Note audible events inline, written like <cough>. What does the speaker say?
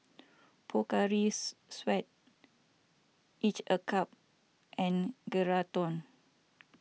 Pocari <unintelligible> Sweat Each A Cup and Geraldton